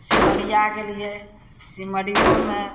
सिमरिया गेलियै सिमरियोमे